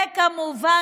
וכמובן,